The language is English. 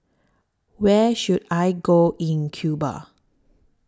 Where should I Go in Cuba